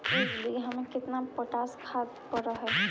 एक बिघा में केतना पोटास खाद पड़ है?